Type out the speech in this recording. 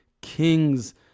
kings